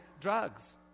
drugs